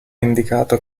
indicato